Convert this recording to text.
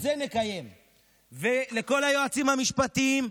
לכל היועצים המשפטיים,